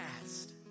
past